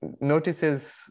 notices